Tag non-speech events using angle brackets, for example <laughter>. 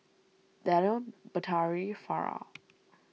Danial Batari Farah <noise>